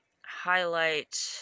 highlight